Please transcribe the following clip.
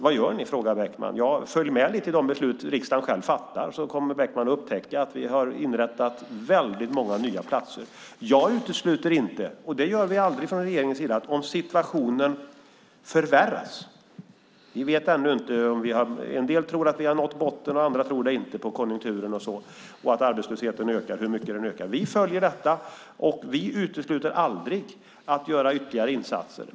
Vad gör ni? frågar Bäckman. Följ med i de beslut riksdagen själv fattar, så kommer Bäckman att upptäcka att vi har inrättat många nya platser. Jag utesluter inte - det gör vi aldrig från regeringens sida - att om situationen förvärras ska vi göra ytterligare insatser. En del tror att vi har nått botten på konjunkturen, andra inte - och tror därmed att arbetslösheten ska öka.